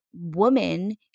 woman